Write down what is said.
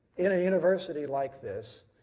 in a university like this,